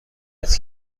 است